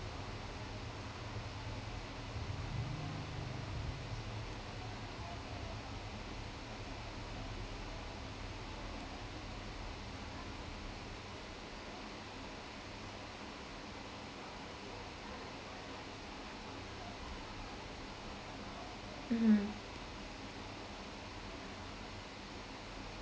mmhmm